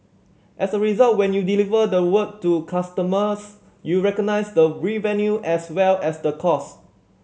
as a result when you deliver the work to customers you recognise the revenue as well as the cost